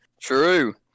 True